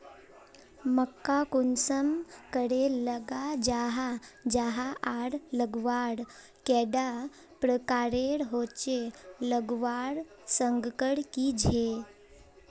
मक्का कुंसम करे लगा जाहा जाहा आर लगवार कैडा प्रकारेर होचे लगवार संगकर की झे?